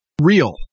real